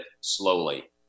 slowly